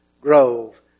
Grove